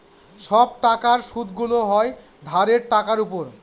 সব টাকার সুদগুলো হয় ধারের টাকার উপর